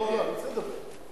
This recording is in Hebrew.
לא, אני רוצה לדבר.